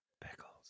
Pickles